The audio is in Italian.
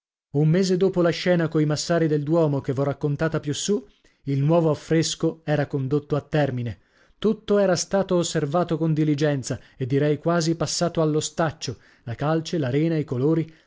un mese dopo la scena coi massari del duomo che v'ho raccontata più su il nuovo affresco era condotto a termine tutto era stato osservato con diligenza e direi quasi passato allo staccio la calce la rena i colori